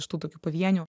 iš tų tokių pavienių